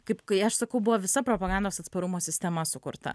kaip kai aš sakau buvo visa propagandos atsparumo sistema sukurta